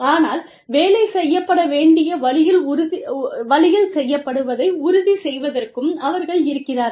ஆனால் வேலை செய்யப்பட வேண்டிய வழியில் செய்யப்படுவதை உறுதி செய்வதற்கும் அவர்கள் இருக்கிறார்கள்